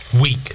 Weak